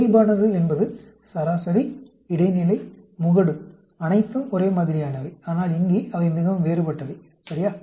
இயல்பானது என்பது சராசரி இடைநிலை முகடு அனைத்தும் ஒரே மாதிரியானவை ஆனால் இங்கே அவை மிகவும் வேறுபட்டவை சரியா